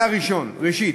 ראשית,